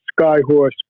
Skyhorse